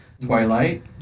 Twilight